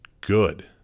Good